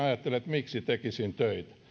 miksi tekisin töitä